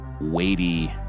weighty